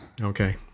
okay